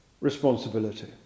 responsibility